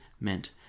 meant